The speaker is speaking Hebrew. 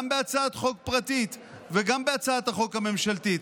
גם בהצעת חוק פרטית וגם בהצעת החוק הממשלתית,